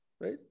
right